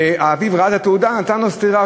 ואביו ראה את התעודה ונתן לו סטירה.